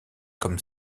comme